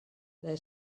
they